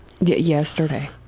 Yesterday